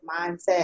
mindset